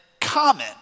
common